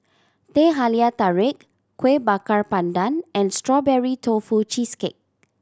Teh Halia Tarik Kuih Bakar Pandan and Strawberry Tofu Cheesecake